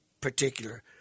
particular